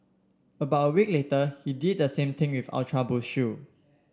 about a week later he did the same thing with Ultra Boost shoe